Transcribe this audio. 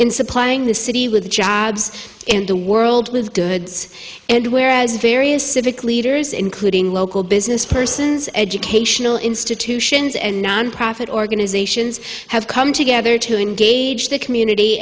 in supplying the city with jobs in the world with goods and whereas various civic leaders including local business persons educational institutions and nonprofit organizations have come together to engage the community